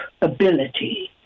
ability